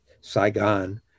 Saigon